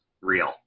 real